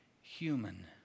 Human